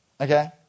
Okay